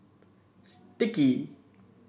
Sticky